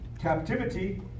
captivity